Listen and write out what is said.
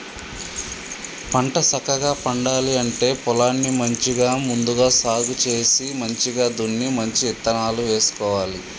పంట సక్కగా పండాలి అంటే పొలాన్ని మంచిగా ముందుగా సాగు చేసి మంచిగ దున్ని మంచి ఇత్తనాలు వేసుకోవాలి